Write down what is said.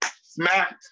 smacked